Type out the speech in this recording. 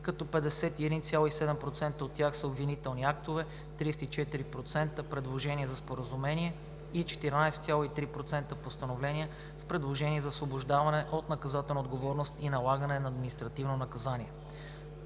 като 51,7% от тях са обвинителни актове, 34% – предложения за споразумение, и 14,3% – постановления с предложение за освобождаване от наказателна отговорност и налагане на административно наказание.